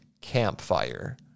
Campfire